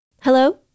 Hello